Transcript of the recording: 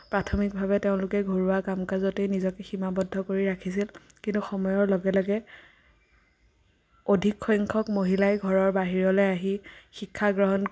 প্ৰাথমিকভাৱে তেওঁলোকে ঘৰুৱা কাম কাজতেই নিজকে সীমাবদ্ধ কৰি ৰাখিছিল কিন্তু সময়ৰ লগে লগে অধিকসংখ্যক মহিলাই ঘৰৰ বাহিৰলৈ আহি শিক্ষাগ্ৰহণ